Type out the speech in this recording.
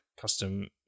custom